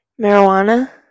Marijuana